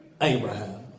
Abraham